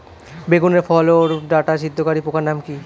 বেগুনের ফল ওর ডাটা ছিদ্রকারী পোকার নাম কি?